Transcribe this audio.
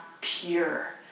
pure